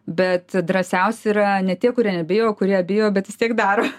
bet drąsiausi yra ne tie kurie nebijo kurie bijo bet vis tiek daro